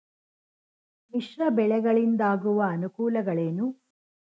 ಮಿಶ್ರ ಬೆಳೆಗಳಿಂದಾಗುವ ಅನುಕೂಲಗಳೇನು?